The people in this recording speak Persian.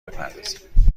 بپردازید